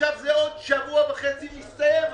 עוד שבוע וחצי זה מסתיים.